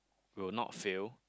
will not fail